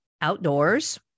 Outdoors